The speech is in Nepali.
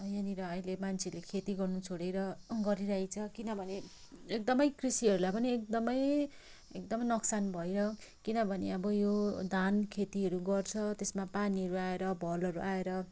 यहाँनिर अहिले मान्छेले खेती गर्नु छोडेर गरिरहेको छ किनभने एकदमै कृषिहरूलाई पनि एकदमै एकदमै नोक्सान भयो किनभने अब यो धान खेतीहरू गर्छ त्यसमा पानीहरू आएर भलहरू आएर